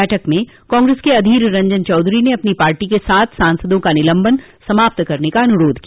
बैठक में कांग्रेस के अधीर रंजन चौधरी ने अपनी पार्टी के सात सांसदों का निलंबन समाप्त करने का अनुरोध किया